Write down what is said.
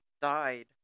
died